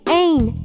ain